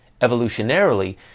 Evolutionarily